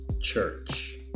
church